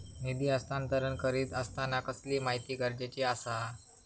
निधी हस्तांतरण करीत आसताना कसली माहिती गरजेची आसा?